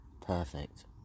perfect